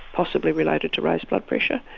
possibly related to raised blood pressure,